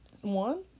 one